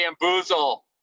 Bamboozle